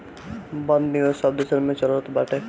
बंध निवेश सब देसन में चलत बाटे